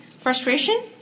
Frustration